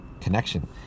connection